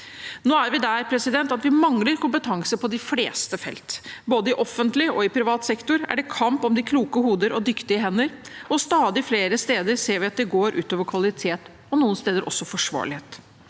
Nå er vi der at vi mangler kompetanse på de fleste felt. Både i offentlig og i privat sektor er det kamp om de kloke hoder og dyktige hender, og stadig flere steder ser vi at det går ut over kvalitet og noen steder også forsvarlighet.